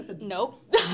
Nope